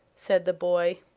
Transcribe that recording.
said the boy.